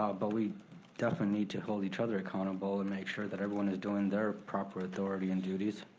but we definitely need to hold each other accountable and make sure that everyone is doin' their proper authority and duties.